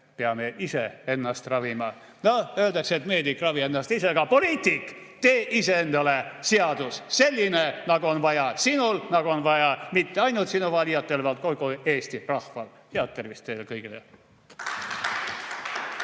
peame ise ennast ravima. Öeldakse: "Meedik, ravi ennast ise." Aga poliitik, tee ise endale seadus, selline nagu on vaja sinul, nagu on vaja mitte ainult sinu valijatel, vaid kogu Eesti rahval. Head tervist teile kõigile!